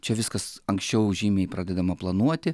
čia viskas anksčiau žymiai pradedama planuoti